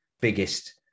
biggest